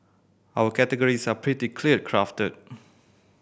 our categories are pretty clearly crafted